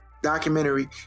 documentary